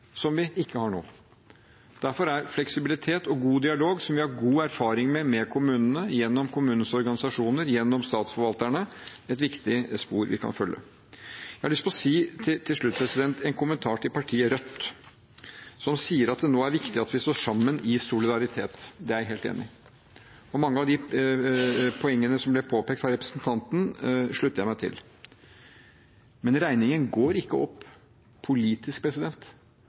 som vi ikke har nå. Derfor er fleksibilitet og god dialog, som vi har god erfaring med, med kommunene, gjennom kommunenes organisasjoner, gjennom statsforvalterne, et viktig spor vi kan følge. Jeg har til slutt lyst til å gi en kommentar til partiet Rødt, som sier at det nå er viktig at vi står sammen i solidaritet. Det er jeg helt enig i, og mange av poengene som ble påpekt av representanten, slutter jeg meg til. Men regningen går ikke opp politisk